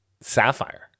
sapphire